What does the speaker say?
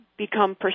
become